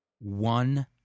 One